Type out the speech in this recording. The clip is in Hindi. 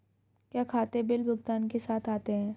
क्या खाते बिल भुगतान के साथ आते हैं?